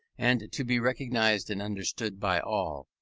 and to be recognised and understood by all.